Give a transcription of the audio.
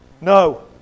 No